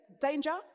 danger